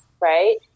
right